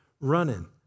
running